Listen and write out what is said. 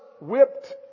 whipped